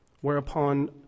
whereupon